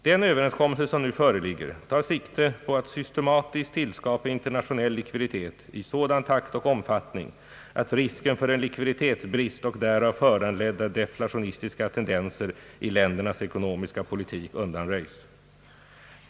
Den överenskommelse, som nu föreligger, tar sikte på att systematiskt tillskapa internationell likviditet i sådan takt och omfattning att risken för en likviditetsbrist och därav föranledda derflationistiska tendenser i ländernas ekonomiska politik undanröjs.